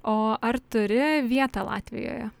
o ar turi vietą latvijoje